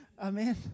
Amen